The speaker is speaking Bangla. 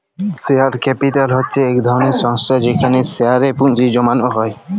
শেয়ার ক্যাপিটাল হছে ইক ধরলের সংস্থা যেখালে শেয়ারে পুঁজি জ্যমালো হ্যয়